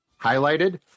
highlighted